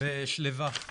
ושלווה;